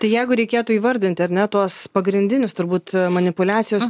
tai jeigu reikėtų įvardinti ar ne tuos pagrindinius turbūt manipuliacijos